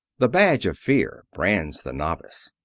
the badge of fear brands the novice.